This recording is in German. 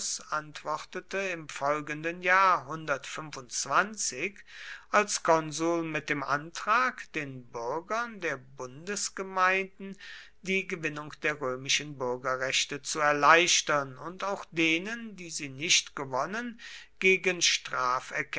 antwortete im folgenden jahr als konsul mit dem antrag den bürgern der bundesgemeinden die gewinnung der römischen bürgerrechte zu erleichtern und auch denen die sie nicht gewonnen gegen